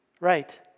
Right